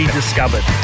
discovered